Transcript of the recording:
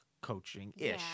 coaching-ish